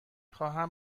خواهم